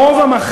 תחזור למציאות,